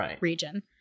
region